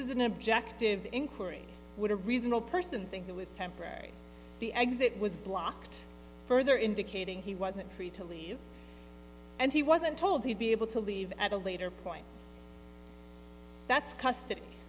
is an objective inquiry would a reasonable person think it was temporary the exit was blocked further indicating he wasn't free to leave and he wasn't told he'd be able to leave at a later point that's custody